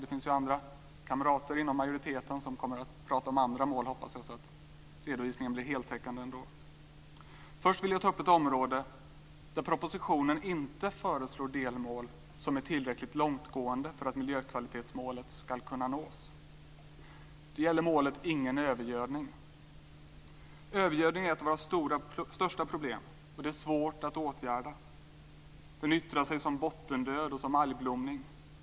Jag hoppas att andra kamrater inom majoriteten kommer att prata om andra mål så att redovisningen blir heltäckande ändå. Först vill jag ta upp ett område där propositionen inte föreslår delmål som är tillräckligt långtgående för att miljökvalitetsmålet ska kunna nås. Det gäller målet Ingen övergödning. Övergödning är ett av våra största problem, och den är svår att åtgärda. Den yttrar sig som bottendöd och algblomning.